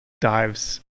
dives